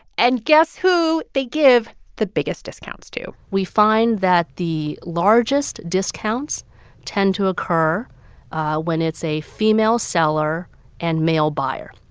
and guess who they give the biggest discounts to we find that the largest discounts tend to occur when it's a female seller and male buyer.